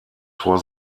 vor